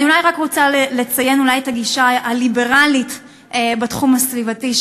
אני אולי רק רוצה לציין את הגישה הליברלית בתחום הסביבתי,